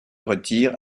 retire